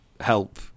help